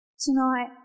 tonight